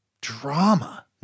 drama